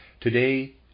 Today